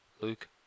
Luke